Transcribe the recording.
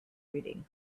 reading